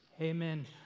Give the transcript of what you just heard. Amen